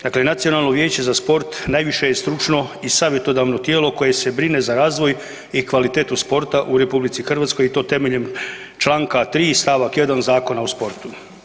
Dakle, Nacionalno vijeće za sport najviše je stručno i savjetodavno tijelo koje se brine za razvoj i kvalitetu sporta u RH i to temeljem Članka 3. stavak 1. Zakona o sportu.